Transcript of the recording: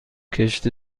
کشت